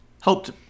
helped